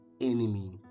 enemy